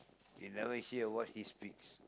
you never hear what he speaks